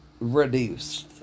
reduced